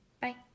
Bye